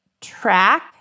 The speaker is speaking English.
track